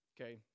Okay